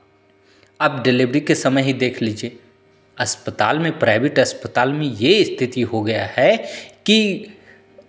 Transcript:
अब डिलेवरी के समय ही देख लीजिए अस्पताल में प्राइवेट अस्पताल में ये स्थिति हो गया है कि